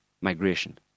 migration